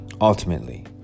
ultimately